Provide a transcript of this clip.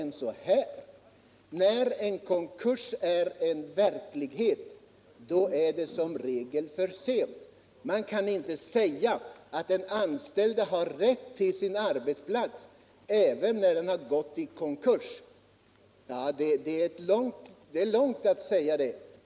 När en konkurs är verklighet, då är det som regel för sent. Man kan inte säga att den anställde har rätt till sin arbetsplats när företaget har gått i konkurs — det vore att gå långt.